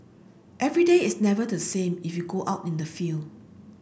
every day is never the same if you go out in the field